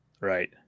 right